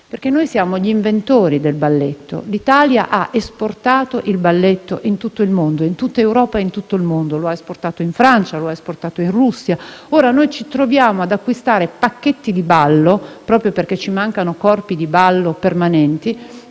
Perché noi siamo gli inventori del balletto. L'Italia ha esportato il balletto in tutta Europa e in tutto il mondo: lo ha esportato in Francia e in Russia e ora noi ci troviamo ad acquistare pacchetti di ballo, proprio perché ci mancano corpi di ballo permanenti